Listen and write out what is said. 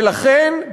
ולכן,